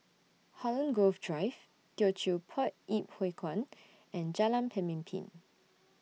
Holland Grove Drive Teochew Poit Ip Huay Kuan and Jalan Pemimpin